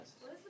Yes